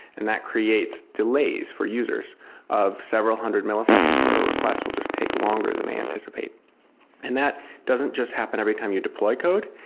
and that creates delays for users of several hundred milliseconds or a request will just take longer than anticipated. and that doesn't just happen every time you deploy code.